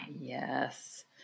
Yes